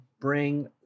bring